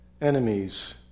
enemies